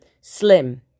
slim